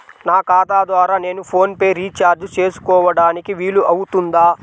నా ఖాతా ద్వారా నేను ఫోన్ రీఛార్జ్ చేసుకోవడానికి వీలు అవుతుందా?